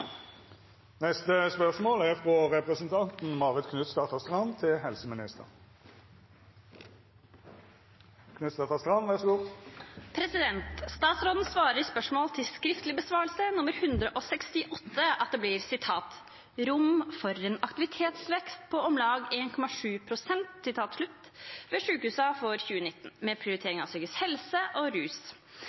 svarer i spørsmål til skriftlig besvarelse nr. 168 at det blir «rom for en aktivitetsvekst på om lag 1,7 prosent» ved sykehusene for 2019, med prioritering av psykisk helse og